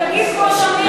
תגיד כמו שמיר: